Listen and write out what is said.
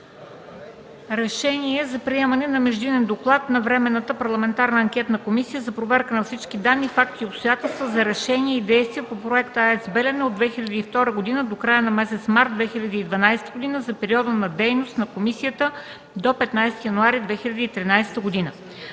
„РЕШЕНИЕ за приемане на междинен доклад на Временната парламентарна анкетна комисия за проверка на всички данни, факти и обстоятелства за решения и действия по проекта АЕЦ „Белене” от 2002 г. до края на месец март 2012 г. за периода на дейност на комисията до 15 януари 2013 г.